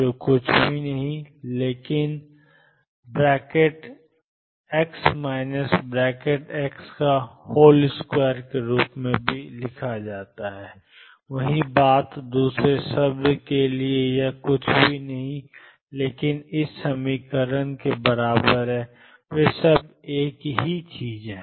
जो कुछ भी नहीं है लेकिन मैं इसे ⟨x ⟨x⟩2⟩ के रूप में भी लिखता हूं वही बात दूसरे शब्द के लिए यह कुछ भी नहीं है लेकिन ⟨p ⟨p⟩2⟩ वे सभी एक और एक ही चीज़ हैं